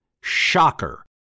Shocker